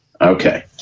Okay